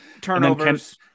turnovers